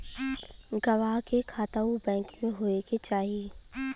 गवाह के खाता उ बैंक में होए के चाही